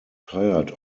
tired